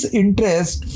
interest